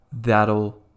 that'll